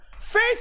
Faith